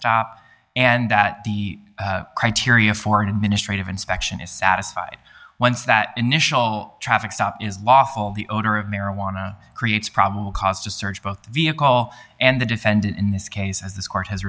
stop and that the criteria for an administrative inspection is satisfied once that initial traffic stop is lawful the odor of marijuana creates probable cause to search both the vehicle and the defendant in this case as this court has